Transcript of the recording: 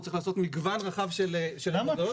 הוא צריך לעשות מגוון רחב של עבודות